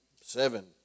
seven